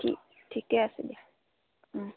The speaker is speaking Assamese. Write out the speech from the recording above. ঠিক ঠিকেই আছে দিয়া